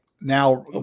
now